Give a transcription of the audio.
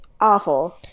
awful